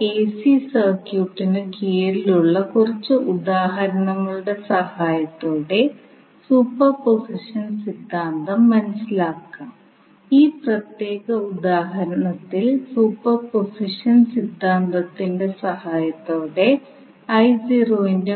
DC സർക്യൂട്ടിന്റെ കാര്യത്തിൽ നമ്മൾ ചർച്ച ചെയ്ത സിദ്ധാന്തങ്ങൾ എങ്ങനെ ഉപയോഗിക്കാമെന്ന് ഈ മൊഡ്യൂളിൽ നമ്മൾ ചർച്ച ചെയ്യും